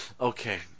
Okay